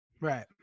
right